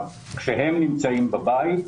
כשהם נמצאים בבית,